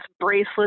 bracelets